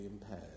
impaired